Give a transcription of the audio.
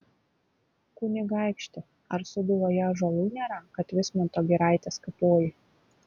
kunigaikšti ar sūduvoje ąžuolų nėra kad vismanto giraites kapoji